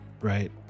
right